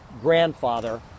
grandfather